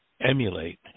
emulate